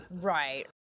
Right